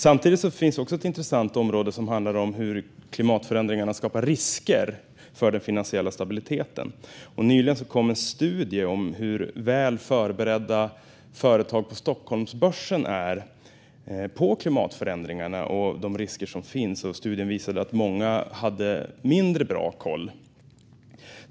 Samtidigt finns också ett intressant område som handlar om hur klimatförändringarna skapar risker för den finansiella stabiliteten. Nyligen kom en studie om hur pass väl förberedda företag på Stockholmsbörsen är på klimatförändringarna och de risker som finns. Studien visade att många hade mindre bra koll.